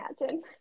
imagine